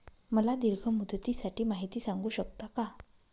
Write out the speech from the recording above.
मला दीर्घ मुदतीसाठी माहिती सांगू शकता का?